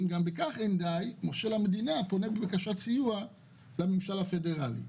אם גם בכך אין די אזי מושל המדינה פונה בבקשת סיוע לממשלה הפדרלי.